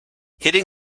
hitting